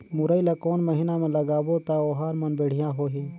मुरई ला कोन महीना मा लगाबो ता ओहार मान बेडिया होही?